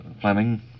Fleming